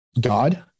God